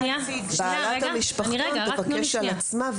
בעלת המשפחתון תבקש על עצמה.